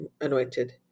anointed